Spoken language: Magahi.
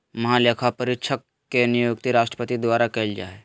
महालेखापरीक्षक के नियुक्ति राष्ट्रपति द्वारा कइल जा हइ